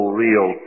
real